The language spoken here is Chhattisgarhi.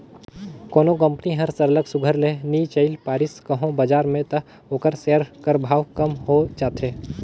कोनो कंपनी हर सरलग सुग्घर ले नी चइल पारिस कहों बजार में त ओकर सेयर कर भाव कम हो जाथे